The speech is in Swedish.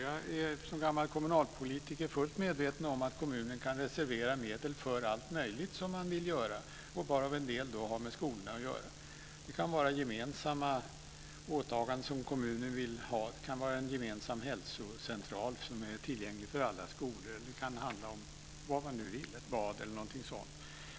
Jag är som gammal kommunalpolitiker fullt medveten om att kommunen kan reservera medel för allt möjligt som man vill göra, varav en del har med skolan att göra. Det kan vara gemensamma åtaganden som kommunen vill göra. Det kan vara en gemensam hälsocentral som är tillgänglig för alla skolor. Det kan handla om vad man vill, ett bad eller något sådant.